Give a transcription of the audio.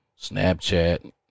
Snapchat